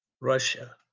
Russia